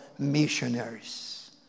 missionaries